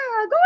go